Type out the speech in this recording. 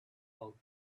out